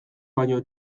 baino